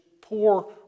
poor